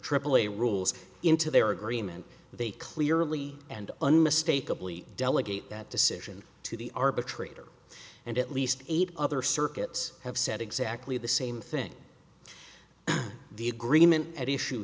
the aaa rules into their agreement they clearly and unmistakably delegate that decision to the arbitrator and at least eight other circuits have said exactly the same thing the agreement at issue